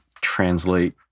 translate